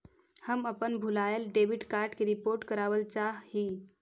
हम अपन भूलायल डेबिट कार्ड के रिपोर्ट करावल चाह ही